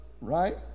right